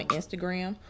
Instagram